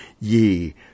ye